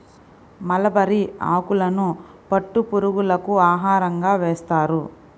mulberry ఆకులను పట్టు పురుగులకు ఆహారంగా వేస్తారు